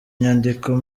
inyandiko